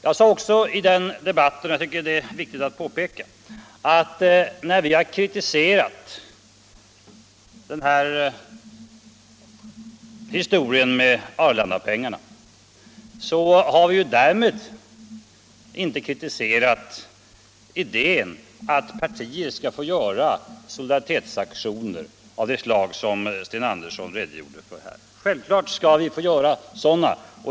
Jag sade även i den debatten — och jag tycker att det är viktigt att påpeka det — att vi, när vi kritiserat historien med Arlandapengarna, inte därmed har kritiserat idén att partier skall få göra solidaritetsaktioner av det slag som Sten Andersson redogjorde för här. Självfallet skall vi få göra sådana.